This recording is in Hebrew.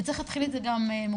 וצריך להתחיל את זה גם מוקדם,